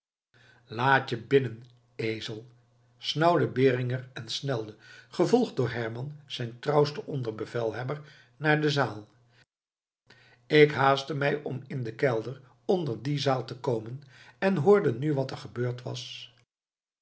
laat je binnen ezel snauwde beringer en snelde gevolgd door herman zijn trouwsten onderbevelhebber naar de zaal ik haastte mij om in den kelder onder die zaal te komen en hoorde nu wat er gebeurd was